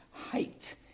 height